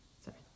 Sorry